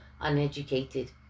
uneducated